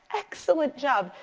excellent job.